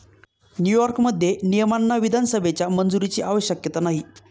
न्यूयॉर्कमध्ये, नियमांना विधानसभेच्या मंजुरीची आवश्यकता नाही